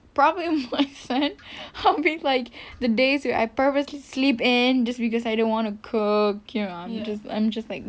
probably my son I mean like the days where I purposely sleep in cause I don't want to cook you know I'm just like